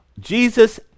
Jesus